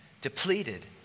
depleted